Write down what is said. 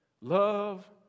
love